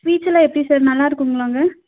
sweets எல்லாம் எப்படி sir நல்லாயிருக்குங்களா அங்கே